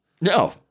No